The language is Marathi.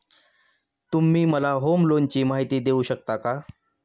तुम्ही मला होम लोनची माहिती देऊ शकता का?